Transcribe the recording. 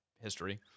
history